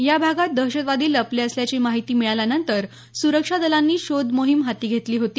या भागात दहशतवादी लपले असल्याची माहिती मिळाल्यानंतर सुरक्षा दलांनी शोध मोहीम हाती घेतली होती